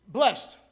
blessed